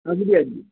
अगदी अगदी